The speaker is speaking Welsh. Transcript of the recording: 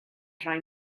rhoi